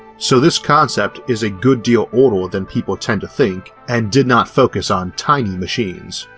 so this concept is a good deal older than people tend to think and did not focus on tiny machines.